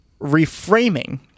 reframing